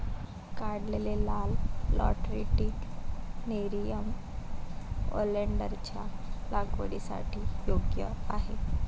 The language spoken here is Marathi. काढलेले लाल लॅटरिटिक नेरियम ओलेन्डरच्या लागवडीसाठी योग्य आहे